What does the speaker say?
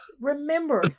remember